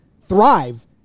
thrive